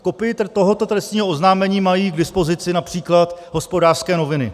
Kopii tohoto trestního oznámení mají k dispozici například Hospodářské noviny.